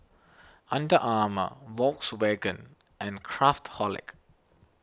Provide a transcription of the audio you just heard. Under Armour Volkswagen and Craftholic